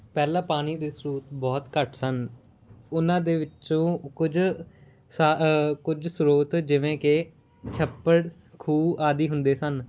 ਪਹਿਲਾਂ ਪਾਣੀ ਦੇ ਸਰੋਤ ਬਹੁਤ ਘੱਟ ਸਨ ਉਹਨਾਂ ਦੇ ਵਿੱਚੋਂ ਕੁਝ ਸਾ ਕੁਝ ਸਰੋਤ ਜਿਵੇਂ ਕਿ ਛੱਪੜ ਖੂਹ ਆਦਿ ਹੁੰਦੇ ਸਨ